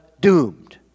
doomed